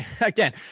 Again